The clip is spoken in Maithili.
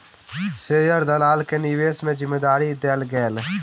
शेयर दलाल के निवेश के जिम्मेदारी देल गेलै